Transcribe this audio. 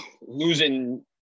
losing